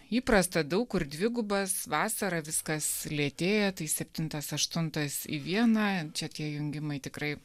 įprasta daug kur dvigubas vasarą viskas lėtėja tai septintas aštuntas į vieną čia tie jungimai tikrai